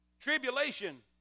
Tribulation